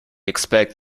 expect